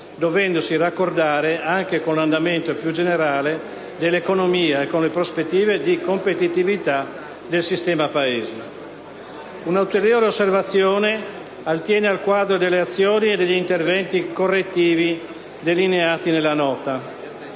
dovendosi raccordare anche con l'andamento più generale dell'economia e con le prospettive di competitività del sistema Paese. Un'ulteriore osservazione attiene al quadro delle azioni e degli interventi correttivi delineati nella Nota.